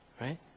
right